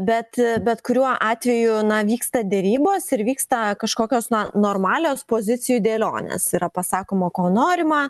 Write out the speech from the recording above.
bet bet kuriuo atveju na vyksta derybos ir vyksta kažkokios normalios pozicijų dėlionės yra pasakoma ko norima